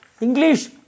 English